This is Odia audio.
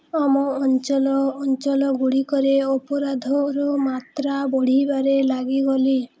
ଆମ ଅଞ୍ଚଲ ଅଞ୍ଚଳଗୁଡ଼ିକରେ ଅପରାଧର ମାତ୍ରା ବଢ଼ିବାରେ ଲାଗି ଗଲି